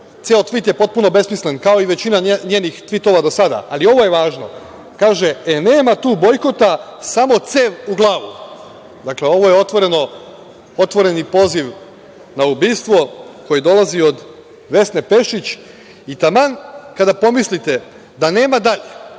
ceo tvit je potpuno besmislen kao i većina njenih tvitova do sada, ali ovo je važno, kaže – e, nema tu bojkota samo cev u glavu. Dakle, ovo je otvoreni poziv na ubistvo koji dolazi od Vesne Pešić i taman kada pomislite da nema dalje,